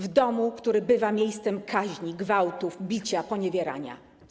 W domu, który bywa miejscem kaźni, gwałtów, bicia, poniewierania.